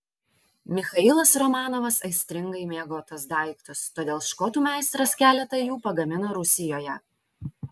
michailas romanovas aistringai mėgo tuos daiktus todėl škotų meistras keletą jų pagamino rusijoje